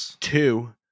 two